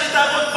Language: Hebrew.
שהיא תעבוד פחות,